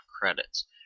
credits